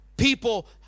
people